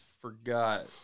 forgot